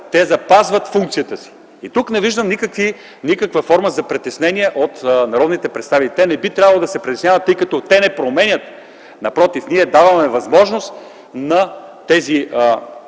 те запазват функцията си. Тук не виждам никаква форма за притеснения от народните представители. Не би трябвало да се притесняват, тъй като те не променят, напротив – ние даваме възможност на тези